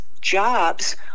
jobs